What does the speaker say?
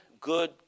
good